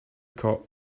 cop